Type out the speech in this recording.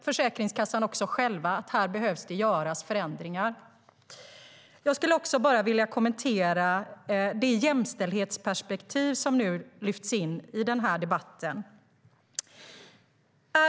Försäkringskassan säger själva att det behöver göras förändringar här. Jag vill också kommentera det jämställdhetsperspektiv som nu lyfts in i debatten.